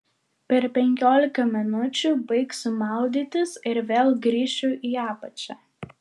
per penkiolika minučių baigsiu maudytis ir vėl grįšiu į apačią